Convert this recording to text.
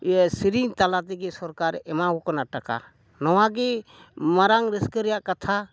ᱤᱭᱟᱹ ᱥᱮᱨᱮᱧ ᱛᱟᱞᱟ ᱛᱮᱜᱮ ᱥᱚᱨᱠᱟᱨ ᱮᱢᱟᱠᱟᱱᱟ ᱴᱟᱠᱟ ᱱᱚᱣᱟᱜᱮ ᱢᱟᱨᱟᱝ ᱨᱟᱹᱥᱠᱟᱹ ᱨᱮᱭᱟᱜ ᱠᱟᱛᱷᱟ